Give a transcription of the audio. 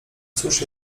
cóż